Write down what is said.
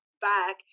back